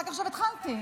רק עכשיו התחלתי.